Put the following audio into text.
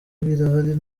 birahari